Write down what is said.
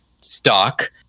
stock